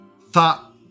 thought